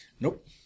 Nope